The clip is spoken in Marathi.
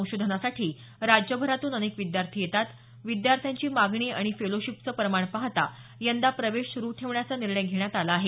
संशोधनासाठी राज्यभरातून अनेक विद्यार्थी येतात विद्यार्थ्यांची मागणी आणि फेलोशीपचं प्रमाण पाहता यंदा प्रवेश सुरु ठेवण्याचा निर्णय घेण्यात आला आहे